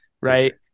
Right